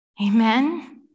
Amen